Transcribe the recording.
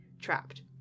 trapped